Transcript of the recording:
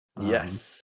Yes